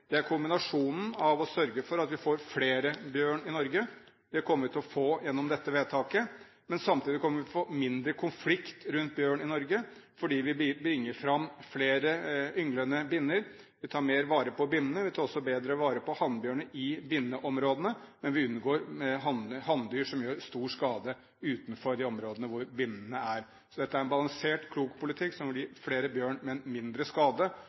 Det er kombinasjonen av å sørge for at vi får flere bjørn i Norge. Det kommer vi til å få gjennom dette vedtaket, men samtidig kommer vi til å få mindre konflikt rundt bjørn i Norge, fordi vi bringer fram flere ynglende binner. Vi tar bedre vare på binnene. Vi tar også bedre vare på hannbjørner i binneområdene, men vi unngår hanndyr som gjør stor skade utenfor de områdene hvor binnene er. Så dette er en balansert, klok politikk som vil gi flere bjørn, men mindre skade,